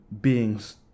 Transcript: beings